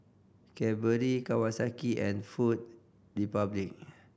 Cadbury Kawasaki and Food Republic